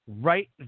right